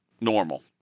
normal